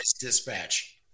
dispatch